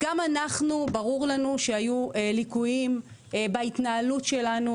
ברור לנו שהיו ליקויים בהתנהלות שלנו